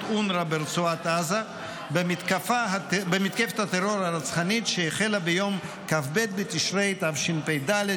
אונר"א ברצועת עזה במתקפת הטרור הרצחנית שהחלה ביום כ״ב בתשרי התשפ"ד,